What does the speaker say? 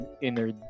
inner